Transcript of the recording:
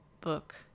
book